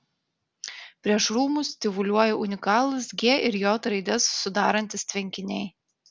prieš rūmus tyvuliuoja unikalūs g ir j raides sudarantys tvenkiniai